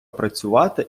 працювати